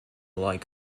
like